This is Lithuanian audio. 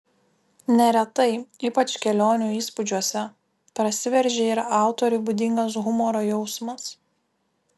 neretai ypač kelionių įspūdžiuose prasiveržia ir autoriui būdingas humoro jausmas